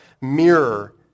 mirror